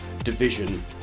division